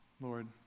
Lord